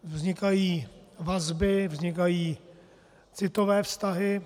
Vznikají vazby, vznikají citové vztahy.